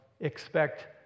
expect